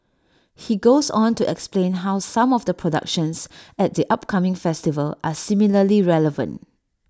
he goes on to explain how some of the productions at the upcoming festival are similarly relevant